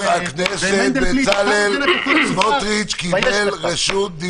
--- חבר הכנסת בצלאל סמוטריץ' קיבל רשות דיבור.